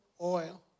oil